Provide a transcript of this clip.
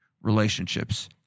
relationships